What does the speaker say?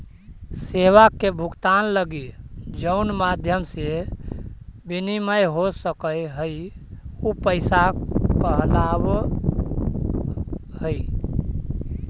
सेवा के भुगतान लगी जउन माध्यम से विनिमय हो सकऽ हई उ पैसा कहलावऽ हई